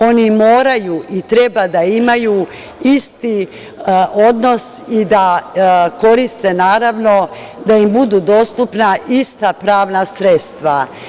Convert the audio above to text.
Oni moraju i treba da imaju isti odnos i da koriste i da im budu dostupna ista pravna sredstva.